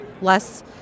less